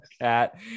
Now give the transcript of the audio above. cat